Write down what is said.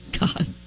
God